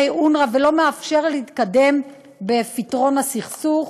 אונר"א ולא מאפשרת להתקדם בפתרון הסכסוך.